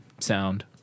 sound